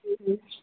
ಹ್ಞೂಂ ಹ್ಞೂಂ